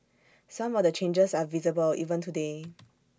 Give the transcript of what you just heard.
some of the changes are visible even today